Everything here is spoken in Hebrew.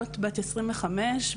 להיות בת עשרים וחמש,